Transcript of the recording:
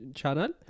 channel